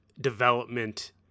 development